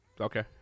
Okay